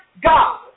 God